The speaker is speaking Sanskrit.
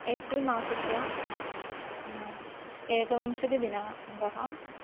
एप्रिल् मासस्य एकविंशतिदिनाङ्कः